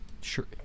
Sure